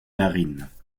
narines